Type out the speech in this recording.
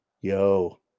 Yo